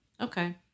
Okay